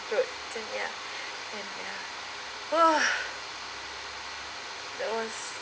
throats then ya and ya ah that was